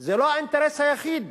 זה לא האינטרס היחיד.